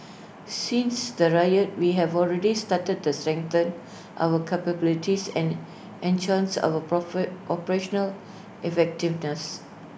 since the riot we have already started to strengthen our capabilities and enhance our profit operational effectiveness